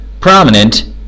Prominent